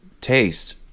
taste